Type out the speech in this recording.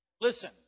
Listen